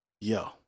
Yo